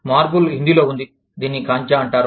marble హిందీలో ఉంది దీనిని కాంచా అంటారు